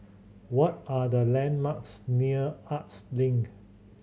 what are the landmarks near Arts Link